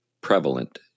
prevalent